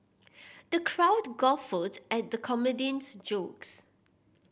the crowd guffawed at the comedian's jokes